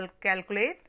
calculate